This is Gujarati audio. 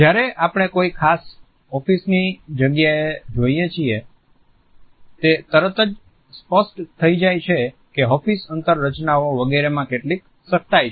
જ્યારે આપણે કોઈ ખાસ ઓફીસની જગ્યાને જોઈએ છીએ તે તરત જ સ્પષ્ટ થઈ જાય છે કે ઓફીસ અંતર રચનાઓ વગેરેમાં કેટલીક સખતાઈ છે